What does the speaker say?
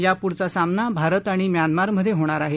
यापुढचा सामना भारत आणि म्यानमारमधे होणार आहे